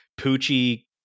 Poochie